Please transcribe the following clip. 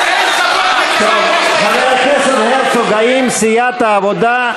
הסתייגויות חבר הכנסת הרצוג, האם סיעת העבודה,